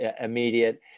immediate